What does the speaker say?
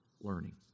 learning